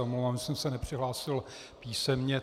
Omlouvám se, že jsem se nepřihlásil písemně.